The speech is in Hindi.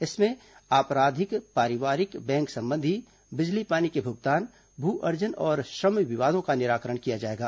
इसमें आपराधिक पारिवारिक बैंक संबंधी बिजली पानी के भुगतान भू अर्जन और श्रम विवादों का निराकरण किया जाएगा